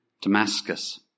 Damascus